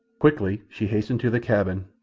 quickly she hastened to the cabin,